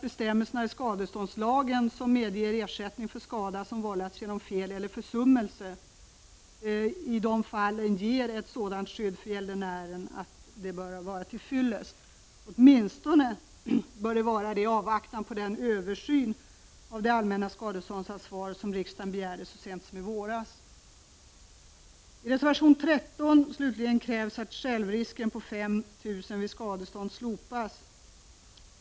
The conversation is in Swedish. Bestämmelserna i skadeståndslagen, som medger ersättning för skada som vållats genom fel eller försummelse, ger ett sådant skydd för gäldenären att det bör vara till fyllest. De bör åtminstone vara det i avvaktan på den översyn av det allmänna skadeståndsansvaret som riksdagen begärde så sent som i våras. I reservation 13 krävs slutligen att självrisken på 5 000 kr. vid skadestånd slopas.